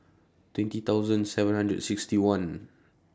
twenty thousand seven hundred sixty one